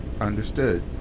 Understood